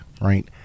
right